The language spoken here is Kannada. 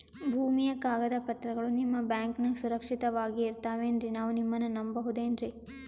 ಭೂಮಿಯ ಕಾಗದ ಪತ್ರಗಳು ನಿಮ್ಮ ಬ್ಯಾಂಕನಾಗ ಸುರಕ್ಷಿತವಾಗಿ ಇರತಾವೇನ್ರಿ ನಾವು ನಿಮ್ಮನ್ನ ನಮ್ ಬಬಹುದೇನ್ರಿ?